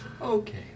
Okay